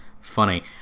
funny